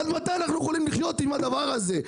עד מתי אנחנו יכולים לחיות עם הדבר הזה?